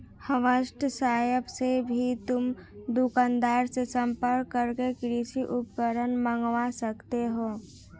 WhatsApp से भी तुम दुकानदार से संपर्क करके कृषि उपकरण मँगवा सकते हो